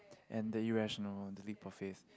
and the irrational belief of faith